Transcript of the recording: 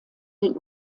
den